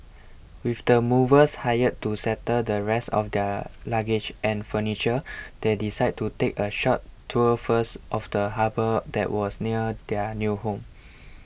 with the movers hired to settle the rest of their luggage and furniture they decided to take a short tour first of the harbour that was near their new home